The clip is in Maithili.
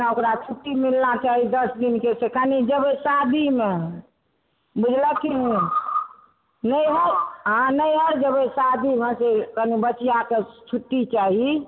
ओकरा छुट्टी मिलना चाही दश दिनके से कनि जेबै शादीमे बुझलखिन नैहर हँ नैहर जेबै शादीमे से कनि बचियाके छुट्टी चाही